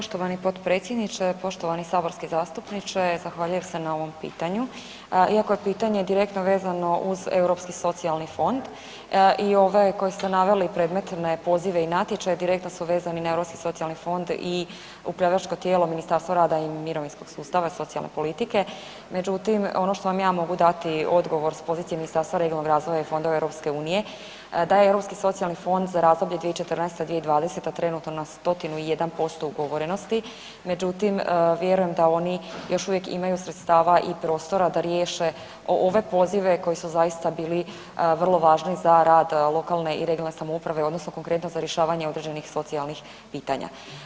Poštovani potpredsjedniče, poštovani saborski zastupniče, zahvaljujem se na ovom pitanju iako je pitanje direktno vezano uz Europski socijalni fond i ovaj koji ste naveli predmetne pozive i natječaje, direktno su vezani na Europski socijalni fond i upravljačka tijela Ministarstva rada i mirovinskog sustava i socijalne politike, međutim, ono što vam ja mogu dati odgovor s pozicije Ministarstva regionalnog razvoja i fondova EU da je Europski socijalni fond za razdoblje 2014.-2020. trenutno na 101% ugovorenosti, međutim, vjerujem da oni još uvijek imaju sredstava i prostora da riješe ove pozive koji su zaista bili vrlo važni za rad lokalne i regionalne samouprave odnosno konkretno za rješavanje određenih socijalnih pitanja.